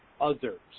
others